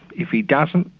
if he doesn't,